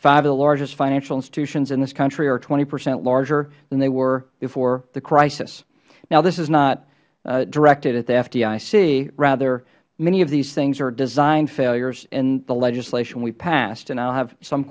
five of the largest financial institutions in this country are twenty percent larger than they were before the crisis this is not directed at the fdic but rather many of these things are design failures in the legislation we passed and i will have some